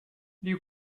you